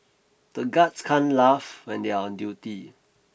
the guards can't laugh when they are on duty